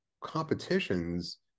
competitions